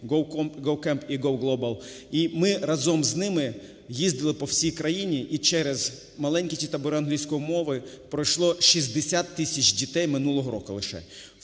ЄвропіGoCampіGoGlobal. І ми разом з ними їздили по всій країні, і через маленькі ці табори англійської мови пройшло 60 тисяч дітей минулого року лише,